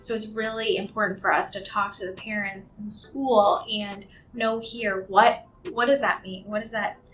so it's really important for us to talk to the parents and school and know here what, what does that mean. what does that